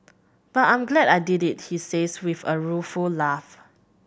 but I'm glad I did it he says with a rueful laugh